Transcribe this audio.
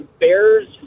Bears